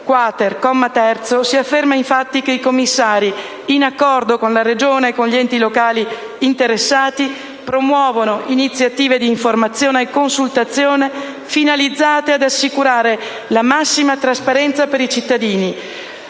2-*quater*, comma 3, si afferma infatti che i commissari, in accordo con la Regione e con gli enti locali interessati, promuovono iniziative di informazione e consultazione finalizzate ad assicurare la massima trasparenza per i cittadini,